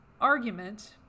argument